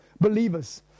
believers